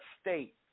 state